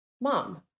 mom